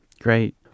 Great